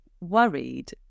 worried